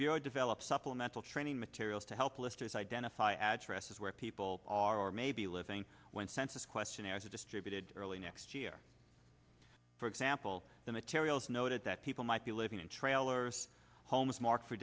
bureau develops supplemental training materials to help a listers identify addresses where people are or may be living when census questionnaires are distributed early next year for example the materials noted that people might be living in trailers homes marked for